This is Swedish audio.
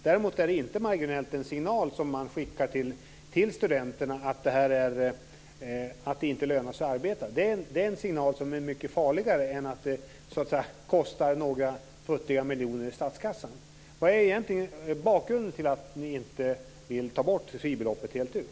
Däremot är den signal som skickas till studenterna inte marginell, dvs. att det inte lönar sig att arbeta. Det är en farligare signal än att det kostar några futtiga miljoner i statskassan. Vad är bakgrunden till att ni inte vill ta bort fribeloppet fullt ut?